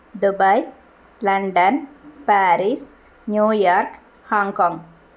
Dubai London Paris New York Hong Kong